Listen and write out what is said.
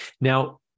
Now